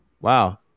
Wow